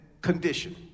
condition